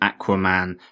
Aquaman